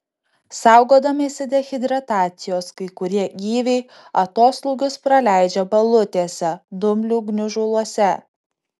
saugodamiesi dehidracijos kai kurie gyviai atoslūgius praleidžia balutėse dumblių gniužuluose